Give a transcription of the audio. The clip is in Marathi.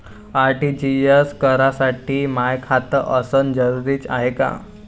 आर.टी.जी.एस करासाठी माय खात असनं जरुरीच हाय का?